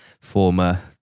former